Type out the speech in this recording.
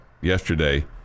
yesterday